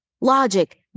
logic